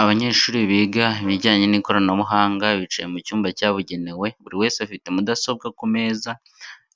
Abanyeshuri biga ibijyanye n'ikoranabuhanga bicaye mu cyumba cyabugenewe buri wese afite mudasobwa ku meza